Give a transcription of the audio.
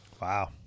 wow